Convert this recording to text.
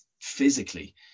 physically